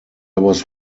was